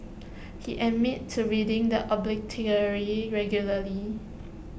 he admits to reading the obituary regularly